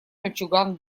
мальчуган